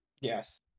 yes